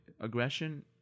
Aggression